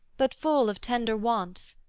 but full of tender wants,